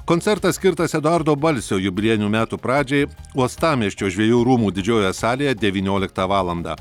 koncertas skirtas eduardo balsio jubiliejinių metų pradžiai uostamiesčio žvejų rūmų didžiojoje salėje devynioliktą valandą